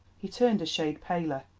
he turned a shade paler.